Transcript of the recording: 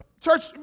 Church